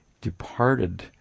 departed